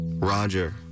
roger